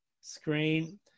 screen